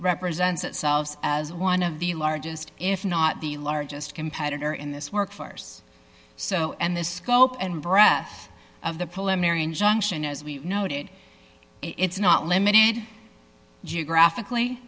represents that solves as one of the largest if not the largest competitor in this workforce so and the scope and breadth of the polemic junction as we noted it's not limited geographically